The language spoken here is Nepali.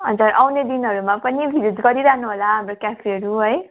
हजुर आउने दिनहरूमा पनि भिजिट गरिरहनु होला हाम्रो क्याफेहरू है